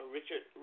Richard